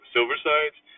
Silversides